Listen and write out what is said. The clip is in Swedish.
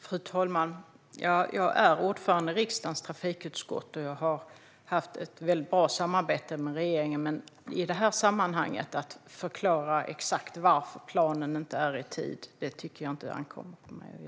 Fru talman! Jag är ordförande i riksdagens trafikutskott, och jag har haft ett mycket bra samarbete med regeringen. Men att i det här sammanhanget förklara exakt varför planen inte kom i tid tycker jag inte ankommer på mig.